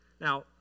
Now